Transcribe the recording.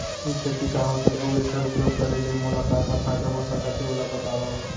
ई खेती का होथे, अऊ एखर उपयोग करे ले मोला का का फायदा हो सकत हे ओला बतावव?